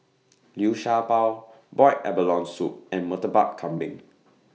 Liu Sha Bao boiled abalone Soup and Murtabak Kambing